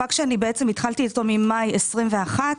מאבק שהתחלתי אותו ממאי 2021,